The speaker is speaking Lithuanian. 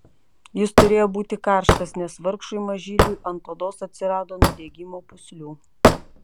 jis turėjo būti karštas nes vargšui mažyliui ant odos atsirado nudegimo pūslių